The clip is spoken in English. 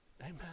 Amen